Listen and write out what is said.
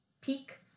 peak